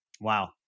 Wow